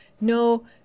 No